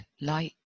light